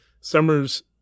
Summers